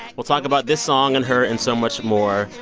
we'll talk about this song and her and so much more,